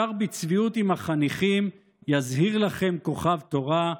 שר בצביעות עם החניכים: "יזהיר לכם כוכב תורה,